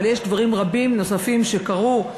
אבל יש דברים רבים נוספים שקרו,